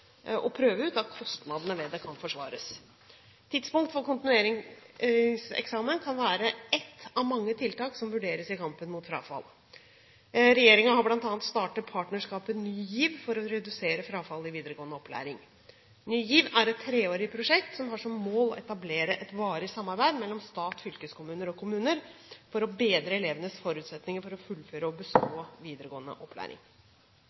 å prøve ut at kostnadene ved det kan forsvares. Tidspunktet for kontinueringseksamen kan være ett av mange tiltak som vurderes i kampen mot frafall. Regjeringen har bl.a. startet partnerskapet Ny GIV for å redusere frafallet i videregående opplæring. Ny GIV er et treårig prosjekt som har som mål å etablere et varig samarbeid mellom stat, fylkeskommuner og kommuner for å bedre elevenes forutsetninger for å fullføre og bestå videregående opplæring.